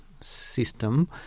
system